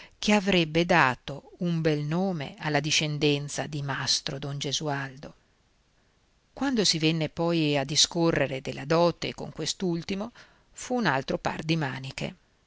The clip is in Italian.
che avrebbe dato un bel nome alla discendenza di mastro don gesualdo quando si venne poi a discorrere della dote con quest'ultimo fu un altro par di maniche